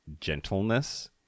gentleness